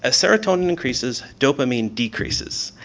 ah serotonin increases, dopamine decreases.